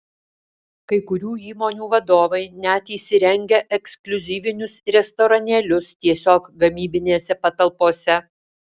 kai kurių įmonių vadovai net įsirengia ekskliuzyvinius restoranėlius tiesiog gamybinėse patalpose